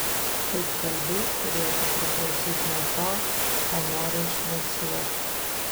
kaip kalbi turėtų priklausyt nuo to ką nori ištransliuoti